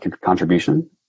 contribution